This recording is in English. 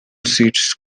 seats